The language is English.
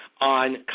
on